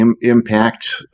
impact